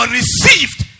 received